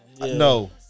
no